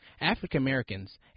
African-Americans